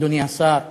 אדוני השר,